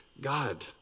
God